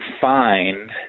find